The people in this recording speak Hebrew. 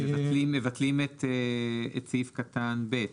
ומבטלים את סעיף קטן (ב)